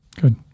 Good